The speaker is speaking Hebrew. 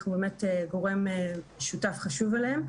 אנחנו באמת גורם שותף חשוב אליהם.